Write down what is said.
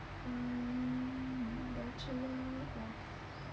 mm bachelor of